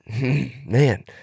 man